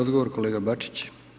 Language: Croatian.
Odgovor kolega Bačić.